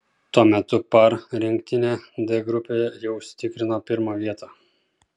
tuo metu par rinktinė d grupėje jau užsitikrino pirmą vietą